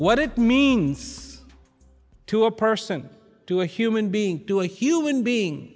what it means to a person to a human being to a human being